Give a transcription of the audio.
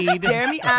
Jeremy